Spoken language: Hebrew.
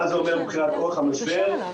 כדי שבאמת המגזר העסקי,